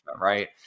right